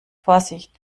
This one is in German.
vorsicht